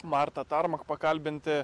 martą tarmach pakalbinti